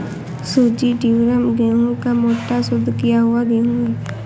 सूजी ड्यूरम गेहूं का मोटा, शुद्ध किया हुआ गेहूं है